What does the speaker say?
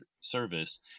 service